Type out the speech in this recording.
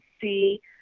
see –